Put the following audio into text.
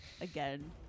again